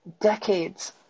decades